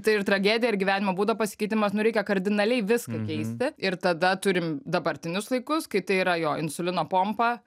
tai ir tragedija ir gyvenimo būdo pasikeitimas nu reikia kardinaliai viską keisti ir tada turim dabartinius laikus kai tai yra jo insulino pompa